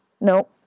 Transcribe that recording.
No